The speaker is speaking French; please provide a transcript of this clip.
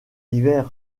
l’hiver